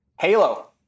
halo